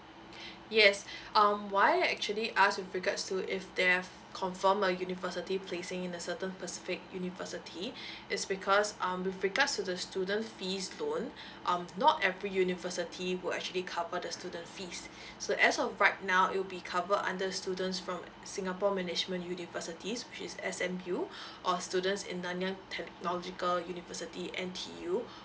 yes um why I actually ask with regards to if they have confirm a university placing in a certain specific university is because um with regards to the student fees loan um not every university would actually cover the student fees so as of right now it'll be cover under students from singapore management universities which is S_M_U or students in nanyang technological university N_T_U